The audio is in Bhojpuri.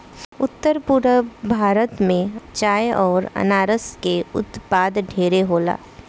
उत्तर पूरब भारत में चाय अउर अनारस के उत्पाद ढेरे होला